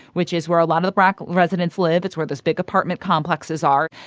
which is where a lot of the black residents live it's where those big apartment complexes are.